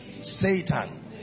Satan